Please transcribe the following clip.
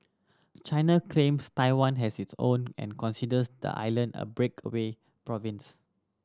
China claims Taiwan as its own and considers the island a breakaway province